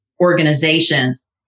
organizations